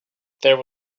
there